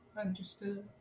understood